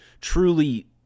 truly